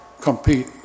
compete